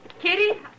Kitty